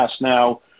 now